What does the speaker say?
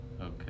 Okay